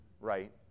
right